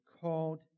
called